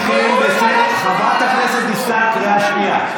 כל הנאום, חבר הכנסת קרעי, קריאה ראשונה.